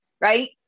right